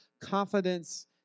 confidence